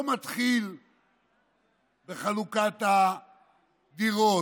לא מתחילים בחלוקת הדירות,